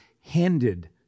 handed